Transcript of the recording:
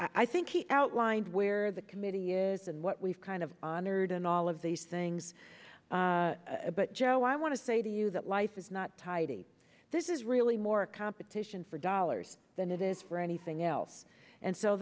i think he outlined where the committee is and what we've kind of honored in all of these things but joe i want to say to you that life is not tidy this is really more a competition for dollars than it is for anything else and so